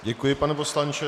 Děkuji, pane poslanče.